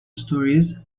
stories